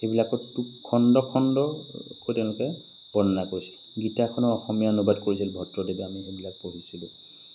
সেইবিলাকততো খণ্ড খণ্ডকৈ তেওঁলোকে বৰ্ণনা কৰিছিল গীতাখনৰ অসমীয়া অনুবাদ কৰিছিল ভট্টদেৱে আমি সেইবিলাক পঢ়িছিলোঁ